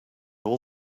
all